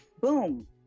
boom